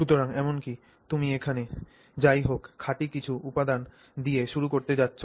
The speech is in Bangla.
সুতরাং এমনকি তুমি এখানে যাইহোক খাঁটি কিছু উপাদান দিয়ে শুরু করতে যাচ্ছ